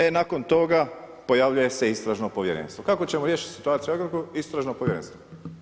E nakon toga pojavljuje se istražno povjerenstvo, kako ćemo riješiti situaciju u Agrokoru, istražno povjerenstvo.